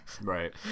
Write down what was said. right